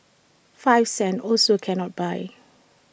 five cents also cannot buy